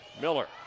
Miller